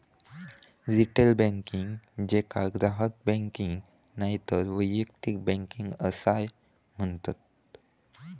retail banking, जेका ग्राहक banking नायतर वैयक्तिक बँकिंग असाय म्हणतत